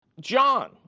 John